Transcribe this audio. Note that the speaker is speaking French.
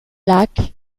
lac